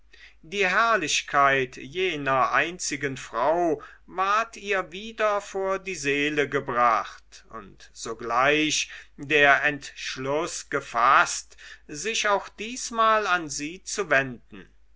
die herrlichkeit jener einzigen frau ward ihr wieder vor die seele gebracht und sogleich der entschluß gefaßt sich auch diesmal an sie zu wenden